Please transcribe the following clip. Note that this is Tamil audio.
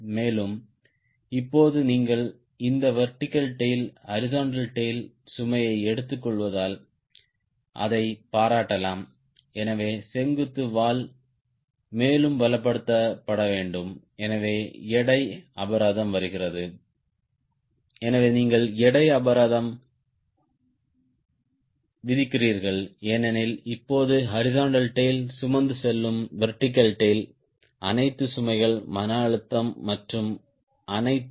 மேலும் இப்போது நீங்கள் இந்த வெர்டிகல் டேய்ல் ஹாரிஸ்ன்ட்டல் டேய்ல் சுமையை எடுத்துக்கொள்வதால் அதைப் பாராட்டலாம் எனவே செங்குத்து வால் மேலும் பலப்படுத்தப்பட வேண்டும் எனவே எடை அபராதம் வருகிறது எனவே நீங்கள் எடை அபராதம் விதிக்கிறீர்கள் ஏனெனில் இப்போது ஹாரிஸ்ன்ட்டல் டேய்ல் சுமந்து செல்லும் வெர்டிகல் டேய்ல் அனைத்து சுமைகள் மன அழுத்தம் மற்றும் அனைத்தும்